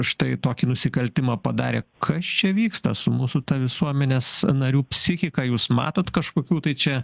štai tokį nusikaltimą padarė kas čia vyksta su mūsų visuomenės narių psichika jūs matot kažkokių tai čia